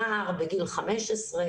נער בגיל 15,